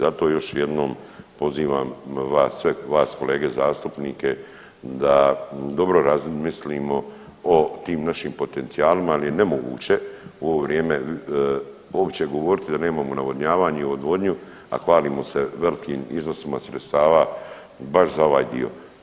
Zato još jednom pozivam vas sve, vas kolege zastupnike da dobro razmislimo o tim našim potencijalima, ali je nemoguće u ovo vrijeme uopće govoriti da nemamo navodnjavanje i odvodnju, a hvalimo se velikim iznosima sredstava baš za ovaj dio.